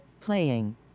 Playing